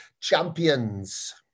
Champions